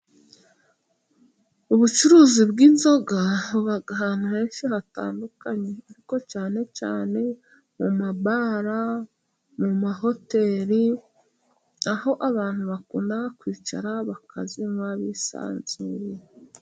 Ubucuruzi bw'inzoga buba ahantu henshi hatandukanye, ariko cyane cyane mu mabare mu mahoteri aho abantu bakunda kwicara bakazinywa bisanzuye.